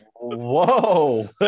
Whoa